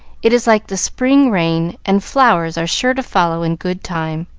it is like the spring rain, and flowers are sure to follow in good time.